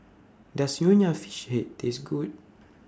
Does Nonya Fish Head Taste Good